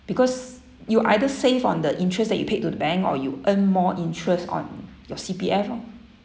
because you either save on the interest that you paid to the bank or you earn more interest on your C_P_F loh